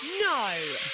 No